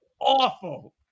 awful